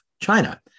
China